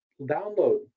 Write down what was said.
download